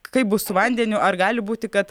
kaip bus su vandeniu ar gali būti kad